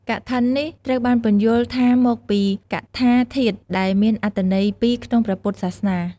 កឋិននេះត្រូវបានពន្យល់ថាមកពី កថាធាតុដែលមានអត្ថន័យពីរក្នុងព្រះពុទ្ធសាសនា។